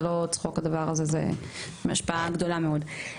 זה לא צחוק הדבר הזה, זו השפעה גדולה מאוד.